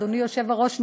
אדוני היושב-ראש,